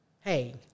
Hey